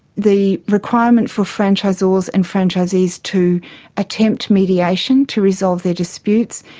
the requirement for franchisors and franchisees to attempt mediation to resolve their disputes,